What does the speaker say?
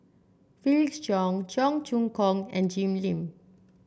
Felix Cheong Cheong Choong Kong and Jim Lim